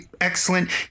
Excellent